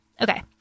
Okay